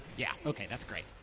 yeah. okay, that's great.